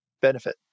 benefit